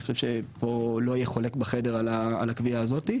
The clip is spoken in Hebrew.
אני חושב שפה לא יהיה חולק בחדר על הקביעה הזאת,